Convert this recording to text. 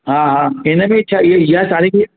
हा हा हिन बि अच्छा इहो इहा साड़ी बि